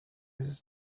his